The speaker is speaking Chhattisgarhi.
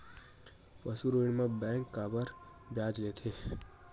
पशु ऋण म बैंक काबर ब्याज लेथे?